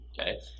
okay